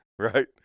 right